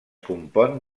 compon